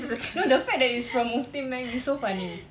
no the fact that it's from mufti menk is so funny